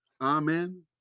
Amen